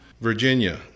Virginia